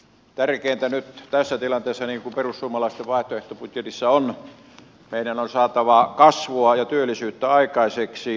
tärkeintä nyt tässä tilanteessa niin kuin perussuomalaisten vaihtoehtobudjetissa on se että meidän on saatava kasvua ja työllisyyttä aikaiseksi